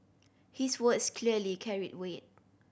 his words clearly carried weight